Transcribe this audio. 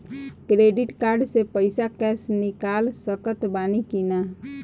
Credit card से पईसा cash निकाल सकत बानी की ना?